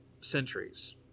centuries